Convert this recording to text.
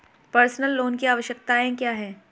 Personal loan की आवश्यकताएं क्या हैं?